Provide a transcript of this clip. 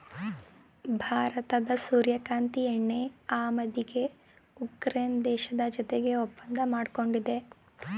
ಭಾರತದ ಸೂರ್ಯಕಾಂತಿ ಎಣ್ಣೆ ಆಮದಿಗೆ ಉಕ್ರೇನ್ ದೇಶದ ಜೊತೆಗೆ ಒಪ್ಪಂದ ಮಾಡ್ಕೊಂಡಿದೆ